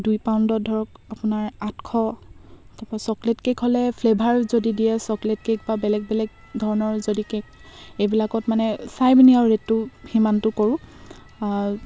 দুই পাউণ্ডত ধৰক আপোনাৰ আঠশ তাপা চকলেট কে'ক হ'লে ফ্লেভাৰ যদি দিয়ে চকলেট কে'ক বা বেলেগ বেলেগ ধৰণৰ যদি কে'ক এইবিলাকত মানে চাই পিনি আৰু ৰে'টটো সিমানটো কৰো